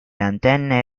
antenne